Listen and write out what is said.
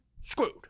screwed